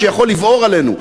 שיכול לבעור עלינו.